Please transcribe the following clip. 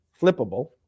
flippable